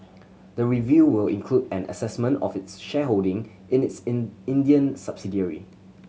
the review will include an assessment of its shareholding in its in Indian subsidiary